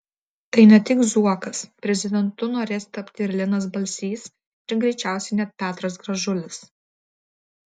tai ne tik zuokas prezidentu norės tapti ir linas balsys ir greičiausiai net petras gražulis